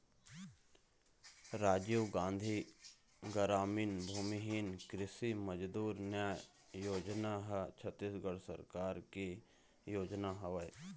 राजीव गांधी गरामीन भूमिहीन कृषि मजदूर न्याय योजना ह छत्तीसगढ़ सरकार के योजना हरय